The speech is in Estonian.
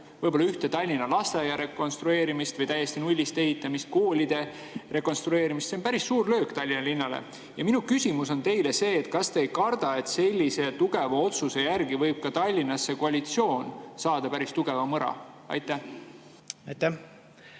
võib-olla ühe Tallinna lasteaia rekonstrueerimist või täiesti nullist ehitamist, koolide rekonstrueerimist. See on päris suur löök Tallinna linnale. Minu küsimus on teile see: kas te ei karda, et sellise otsuse peale võib Tallinnas sellesse koalitsiooni tekkida päris suur mõra? Aitäh, hea